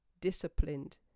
disciplined